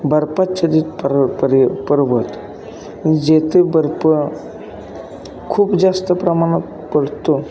बर्फाच्छादित परव परे पर्वत जेथे बर्फ खूप जास्त प्रमाणात पडतो